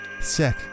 Sick